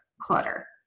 clutter